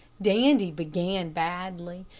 dandy began badly,